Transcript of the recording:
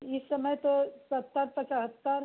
इस समय तो सत्तर पचहत्तर